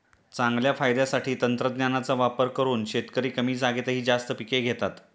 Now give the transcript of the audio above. चांगल्या फायद्यासाठी तंत्रज्ञानाचा वापर करून शेतकरी कमी जागेतही जास्त पिके घेतात